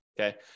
okay